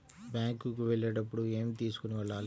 Bank కు వెళ్ళేటప్పుడు ఏమి తీసుకొని వెళ్ళాలి?